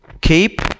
Keep